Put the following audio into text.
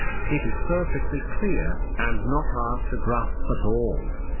it is perfectly clear, and not hard to grasp at all.